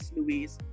Louise